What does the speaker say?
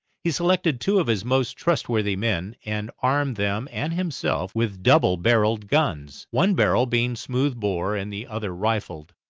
he selected two of his most trustworthy men, and armed them and himself with double-barrelled guns, one barrel being smooth bore and the other rifled,